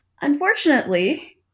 unfortunately